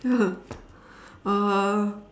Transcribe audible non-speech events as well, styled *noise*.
ya *laughs* uh